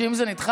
אם זה נדחה,